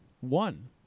one